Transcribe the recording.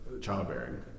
childbearing